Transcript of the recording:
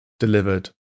delivered